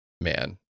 man